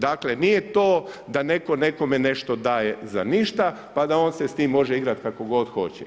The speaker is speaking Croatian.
Dakle, nije to da netko nekome nešto daje za ništa, pa da on se s tim može igrati kako god hoće.